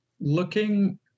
looking